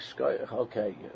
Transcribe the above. okay